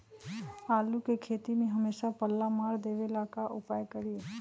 आलू के खेती में हमेसा पल्ला मार देवे ला का उपाय करी?